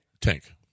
Tank